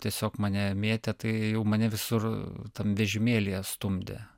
tiesiog mane mėtė tai jau mane visur tam vežimėlyje stumdė